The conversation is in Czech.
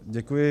Děkuji.